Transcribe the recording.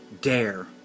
Dare